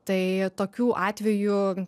tai tokių atvejų